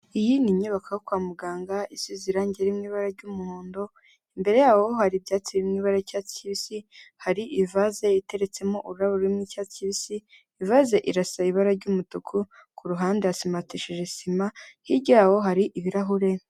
Iyi ni inyubako yo kwa muganga isize irangi riri mu ibara ry'umuhondo, imbere yaho hari ibyatsi biri mu ibara ry'icyatsi kibisi, hari ivaze iteretsemo ururabo rw'icyatsi kibisi, ivaze irasa ibara ry'umutuku, ku ruhande yasimatishije sima, hirya yaho hari ibirahure...